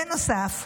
בנוסף,